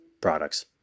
products